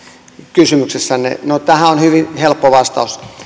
kysymyksessänne no tähän on hyvin helppo vastaus